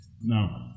No